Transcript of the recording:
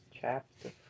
chapter